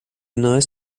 nice